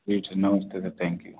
ठीक है नमस्ते सर थैंक यू